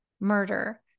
murder